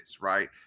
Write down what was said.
Right